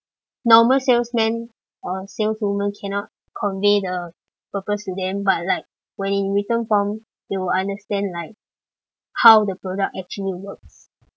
normal salesman uh saleswoman cannot convey the purpose to them but like when in written form they will understand like how the product actually works